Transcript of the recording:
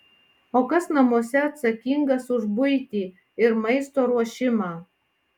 o kas namuose atsakingas už buitį ir maisto ruošimą